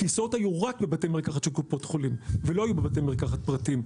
כיסאות היו רק בבתי מרקחת של קופות חולים ולא היו בבתי מרקחת פרטיים.